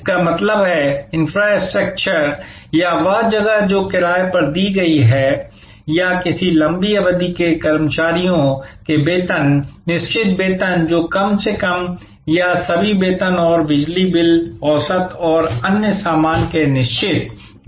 इसका मतलब है इंफ्रास्ट्रक्चर या वह जगह जो किराए पर दी गई है या किसी लंबी अवधि के कर्मचारियों के वेतन निश्चित वेतन जो कम से कम या सभी वेतन और बिजली बिल औसत और अन्य सामान के निश्चित घटक नहीं हैं